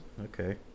okay